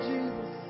Jesus